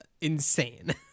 insane